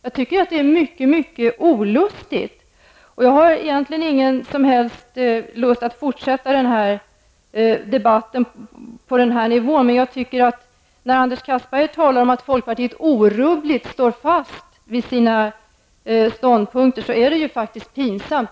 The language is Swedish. Jag tycker att det är mycket olustigt. Jag har egentligen ingen som helst lust att fortsätta debatten på den här nivån. Men när Anders Castberger talar om att folkpartiet orubbligt står fast vid sina ståndpunkter, tycker jag att det är pinsamt.